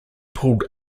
pulled